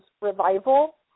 Revival